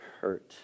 hurt